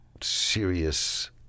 serious